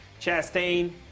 Chastain